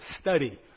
study